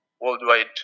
worldwide